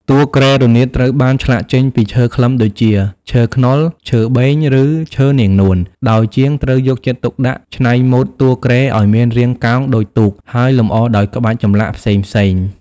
តួគ្រែរនាតត្រូវបានឆ្លាក់ចេញពីឈើខ្លឹមដូចជា ឈើខ្នុរ ឈើបេង ឬឈើនាងនួន ដោយជាងត្រូវយកចិត្តទុកដាក់ច្នៃម៉ូដតួគ្រែឱ្យមានរាងកោងដូចទូក ហើយលម្អដោយក្បាច់ចម្លាក់ផ្សេងៗ។